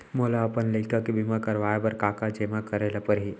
मोला अपन लइका के बीमा करवाए बर का का जेमा करे ल परही?